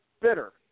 bitter